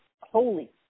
holy